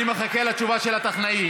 אני מחכה לתשובה של הטכנאי.